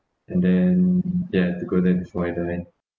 and then ya I have to go there before I die